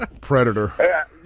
predator